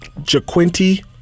Jaquinty